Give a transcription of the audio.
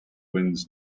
winds